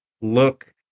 look